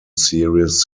series